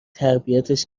تربیتش